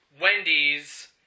Wendy's